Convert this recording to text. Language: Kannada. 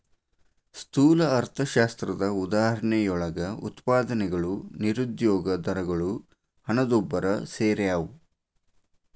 ಸ್ಥೂಲ ಅರ್ಥಶಾಸ್ತ್ರದ ಉದಾಹರಣೆಯೊಳಗ ಉತ್ಪಾದನೆಗಳು ನಿರುದ್ಯೋಗ ದರಗಳು ಹಣದುಬ್ಬರ ಸೆರ್ಯಾವ